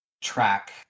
track